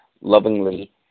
lovingly